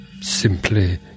Simply